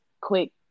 quick